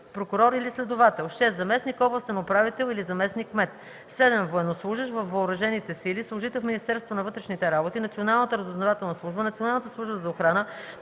прокурор или следовател; 6. заместник областен управител или заместник-кмет; 7. военнослужещ във въоръжените сили, служител в Министерството на вътрешните работи, Националната разузнавателна служба, Националната служба за охрана,